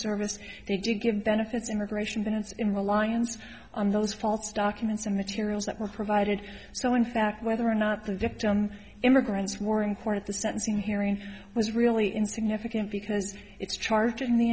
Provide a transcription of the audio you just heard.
service they did give benefits immigration it's in reliance on those false documents and materials that were provided so in fact whether or not the victim immigrants more in court at the sentencing hearing was really insignificant because it's charges in the